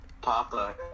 papa